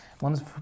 One's